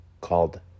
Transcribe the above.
called